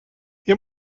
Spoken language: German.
wir